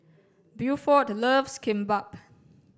Buford loves Kimbap